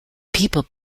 people